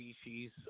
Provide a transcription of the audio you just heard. species